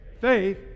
faith